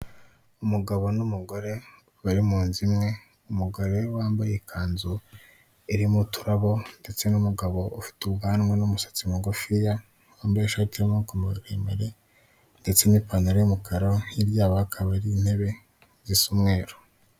Umugabo n'umugore bari mu nzu imwe, umugore wambaye ikanzu irimo uturabo ndetse n'umugabo ufite ubwanwa n'umusatsi mugufiya wambaye ishati y'amaboko maremare ndetse n'ipantero y'umukara, hirya yaho hakaba hari intebe zisa umweru.